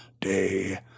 day